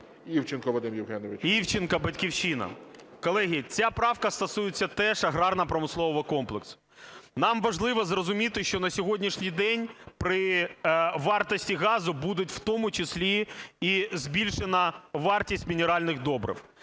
ІВЧЕНКО В.Є. Івченко, "Батьківщина". Колеги, ця правка стосується теж аграрно-промислового комплексу. Нам важливо зрозуміти, що на сьогоднішній день при вартості газу буде в тому числі і збільшена вартість мінеральних добрив.